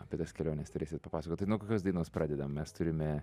apie tas keliones turėsit papasakot tai nuo kokios dainos pradedam mes turime